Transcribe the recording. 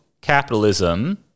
capitalism